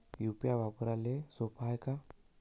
UPI वापराले सोप हाय का?